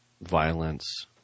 violence